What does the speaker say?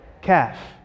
calf